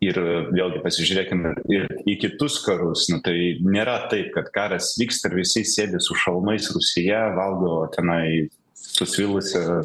ir vėlgi pasižiūrėkime ir į kitus karus nu tai nėra taip kad karas vyksta ir visi sėdi su šalmais rūsyje valgo tenai susvilusias